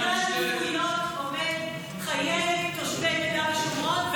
סדרי העדיפויות עומדים חיי תושבי צפון השומרון,